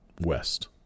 West